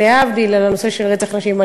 על הנושא של רצח נשים.